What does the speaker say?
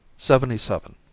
seventy seven.